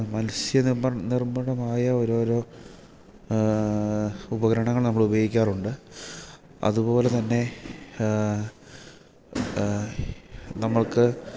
മത്സ്യ നിർമ്മാണമായ ഓരോരോ ഉപകരണങ്ങൾ നമ്മൾ ഉപയോഗിക്കാറുണ്ട് അതുപോലെതന്നെ നമ്മൾക്ക്